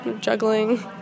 juggling